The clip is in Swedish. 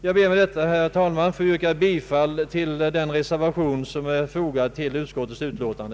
Herr talman! Jag ber att med det anförda få yrka bifall till den reservation som är fogad till utskottets utlåtande.